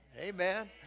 Amen